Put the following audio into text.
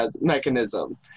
mechanism